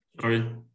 Sorry